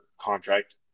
contract